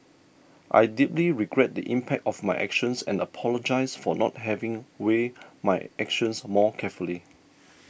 I deeply regret the impact of my actions and apologise for not having weighed my actions more carefully